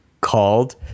called